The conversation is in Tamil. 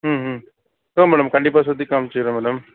ம் ம் ஷுர் மேடம் கண்டிப்பாக சுத்திக்காமிச்சிறேன் மேடம்